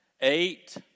eight